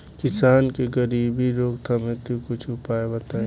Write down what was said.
किसान के गरीबी रोकथाम हेतु कुछ उपाय बताई?